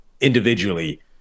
individually